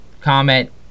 comment